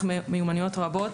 ומפתח מיומנויות רבות.